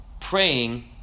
praying